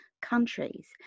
countries